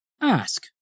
Ask